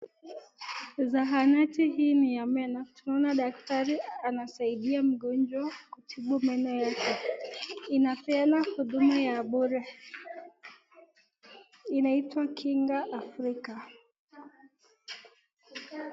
Zahanati hii ni ya meno tunaona daktari anasaidia mgonjwa kutibu meno yake, inapeana huduma ya bure inaitwa kinga afrika.